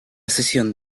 cesión